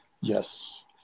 Yes